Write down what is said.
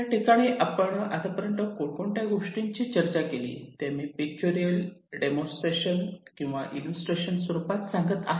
याठिकाणी आपण आतापर्यंत कोणत्या गोष्टींचे चर्चा केली ते मी पिक्टोरिअल डेमॉन्स्ट्रेशन किंवा इल्लूस्ट्रेशन स्वरूपात सांगत आहे